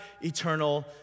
eternal